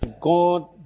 God